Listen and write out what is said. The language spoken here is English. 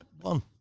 one